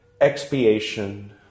Expiation